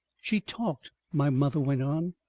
she talked, my mother went on.